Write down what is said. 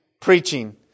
preaching